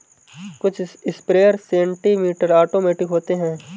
कुछ sprayer semi automatic होते हैं